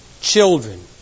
children